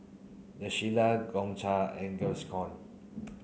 The Shilla Gongcha and Gaviscon